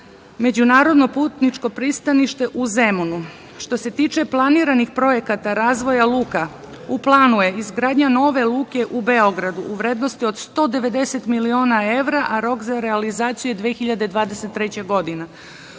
međunarodno putničko pristanište u Zemunu. Što se tiče planiranih projekata razvoja luka, u planu je izgradnja nove luke u Beogradu u vrednosti od 190 miliona evra, a rok za realizaciju je 2023. godina.